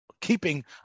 keeping